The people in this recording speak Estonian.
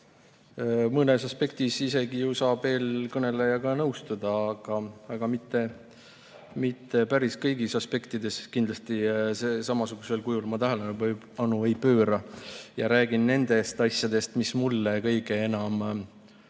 Mõnes aspektis isegi ju saab eelkõnelejaga nõustuda, aga mitte päris kõigis aspektides. Kindlasti samasugusel kujul ma sellele tähelepanu ei pööra ja räägin nendest asjadest, mis mulle kõige enam